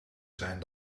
zijn